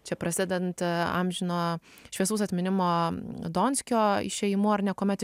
čia prasidedant amžino šviesaus atminimo donskio išėjim ar ne kuomet